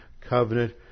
covenant